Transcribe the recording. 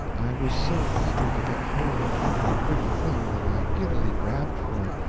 i was so eager to get hold of every pretty thing that i giddily grabbed for it,